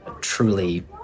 truly